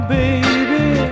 baby